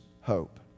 hope